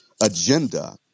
agenda